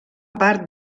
part